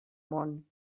món